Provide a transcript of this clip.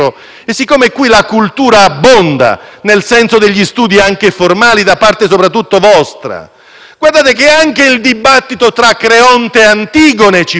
guardate che anche il dibattito tra Creonte e Antigone ci può aiutare: la legge dell'uomo stabilisce che tu non devi seppellire tuo padre,